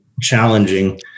challenging